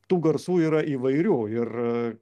tų garsų yra įvairių ir